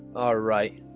alright,